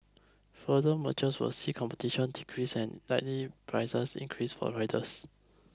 further mergers will see competition decrease and likely prices increases for riders